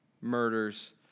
murders